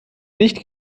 nicht